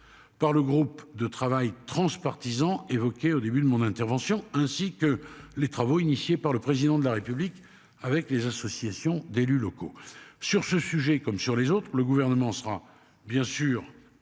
Par le groupe de travail transpartisan évoqué au début de mon intervention ainsi que les travaux initiés par le président de la République avec les associations d'élus locaux sur ce sujet comme sur les autres. Le gouvernement sera bien sûr